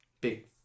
big